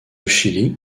chili